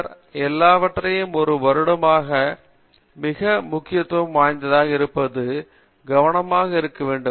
காமகோடி பின்னர் எல்லாவற்றிற்கும் ஒரு வருடமாக மிக முக்கியத்துவம் வாய்ந்ததாக இருப்பது மிகவும் கவனமாக இருக்க வேண்டும்